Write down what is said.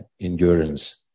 endurance